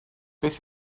beth